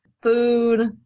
food